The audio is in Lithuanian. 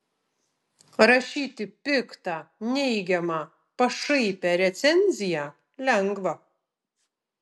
rašyti piktą neigiamą pašaipią recenziją lengva